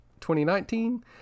2019